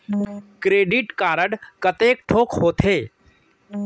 Credit card कतेक ठोक होथे?